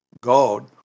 God